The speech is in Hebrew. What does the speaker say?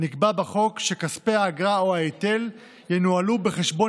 נקבע בחוק שכספי האגרה או ההיטל ינוהלו בחשבון